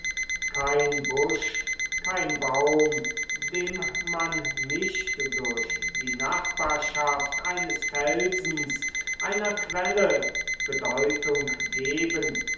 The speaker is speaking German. kein busch kein baum dem man nicht durch die nachbarschaft eines felsens einer quelle bedeutung geben